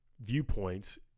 viewpoints